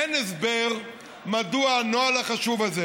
אין הסבר מדוע הנוהל החשוב הזה,